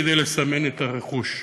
כדי לסמן את הרכוש.